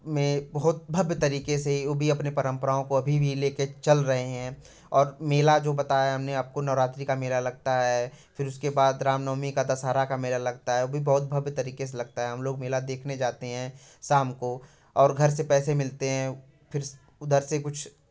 में बहुत भव्य तरीके से वो भी अपने परंपराओं को लेकर चल रहे हैं और मेला जो बताया हमने आपको नवरात्रि का मेला लगता है उसके बाद रामनवमी का दसहरा का मेला लगता है वो भी बहुत भव्य तरीके से लगता है हम लोग मेला देखने जाते हैं शाम को और घर से पैसे मिलते हैं फिर उधर से कुछ